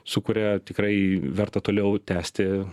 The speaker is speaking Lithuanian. su kuria tikrai verta toliau tęsti